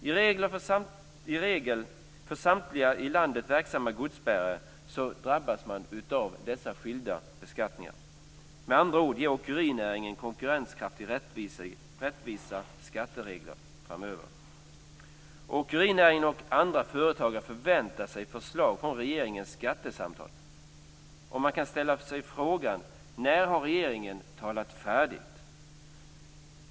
Med reglerna för samtliga i landet verksamma godsbärare drabbas många av skilda beskattningar. Med andra ord: ge åkernäringen konkurrenskraftigt rättvisa skatteregler framöver! Åkerinäringen och andra företagare förväntar sig förslag från regeringens skattesamtal, och man kan ställa sig frågan: När har regeringen talat färdigt?